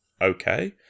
okay